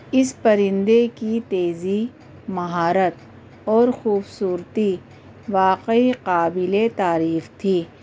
اس پرندے کی تیزی مہارت اور خوبصورتی واقعی قابل تعریف تھی